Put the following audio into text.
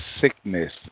sickness